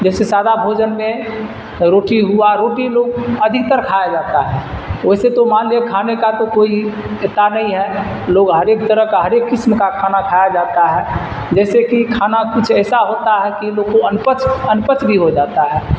جیسے سادہ بھوجن میں روٹی ہوا روٹی لوگ ادھکتر کھایا جاتا ہے ویسے تو مان لیا کھانے کا تو کوئی اتنا نہیں ہے لوگ ہر ایک طرح کا ہر ایک قسم کا کھانا کھایا جاتا ہے جیسے کہ کھانا کچھ ایسا ہوتا ہے کہ لوگ کو انپچ انپچ بھی ہو جاتا ہے